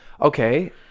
okay